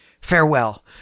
Farewell